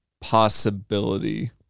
possibility